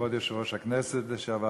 כבוד יושב-ראש הכנסת לשעבר,